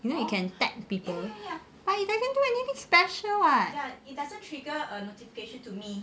you know you can tag people but you can't do anything special [what]